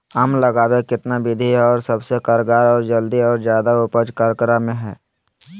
आम लगावे कितना विधि है, और सबसे कारगर और जल्दी और ज्यादा उपज ककरा में है?